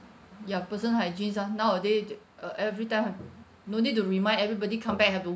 ya personal hygiene ah nowaday the uh every time have to no need to remind everybody come back have to